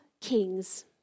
kings